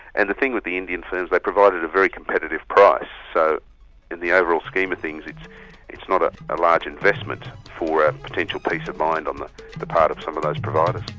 and the thing with the indian firms they provided a very competitive price. so in the overall scheme of things, it's it's not a large investment for potential peace of mind on the the part of some of those providers.